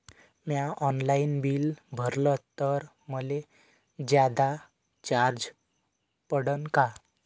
म्या online bill भरलं तर मले जादा चार्ज पडन का?